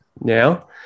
now